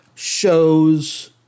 Shows